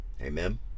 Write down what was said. Amen